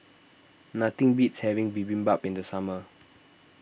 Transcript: nothing beats having Bibimbap in the summer